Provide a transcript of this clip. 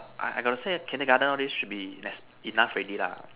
I I got to say kindergarten all these should be neces~ enough already lah